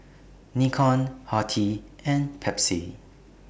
Nikon Horti and Pepsi